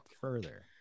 further